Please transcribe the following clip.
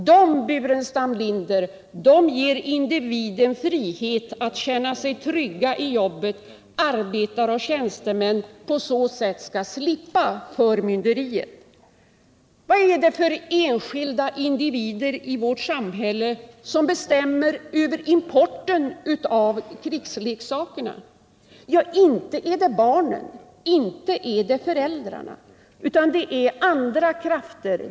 De lagarna ger individen frihet att känna sig trygg i jobbet, herr Burenstam Linder, de är till för att arbetare och tjänstemän på så sätt skall slippa förmynderiet. Vad är det för enskilda individer i vårt samhälle som bestämmer över importen av krigsleksakerna? Inte är det barnen och inte är det föräldrarna, utan det är andra krafter.